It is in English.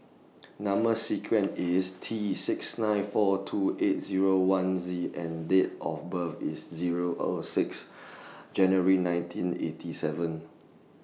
Number sequence IS T six nine four two eight Zero one Z and Date of birth IS Zero O six January nineteen eighty seven